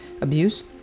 abuse